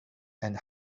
and